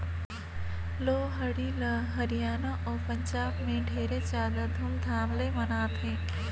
लोहड़ी ल हरियाना अउ पंजाब में ढेरे जादा धूमधाम ले मनाथें